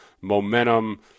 momentum